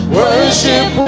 worship